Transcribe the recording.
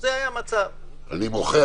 אני מוחה.